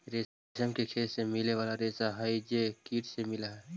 रेशम के खेत से मिले वाला रेशा हई जे कीट से मिलऽ हई